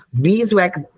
beeswax